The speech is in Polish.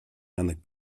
janek